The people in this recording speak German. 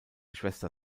schwester